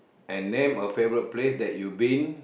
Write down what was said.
and name a favourite place that you been